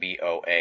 BOA